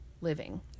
living